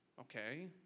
Okay